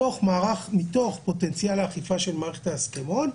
מתוך פוטנציאל האכיפה של מערכת ההסכמון,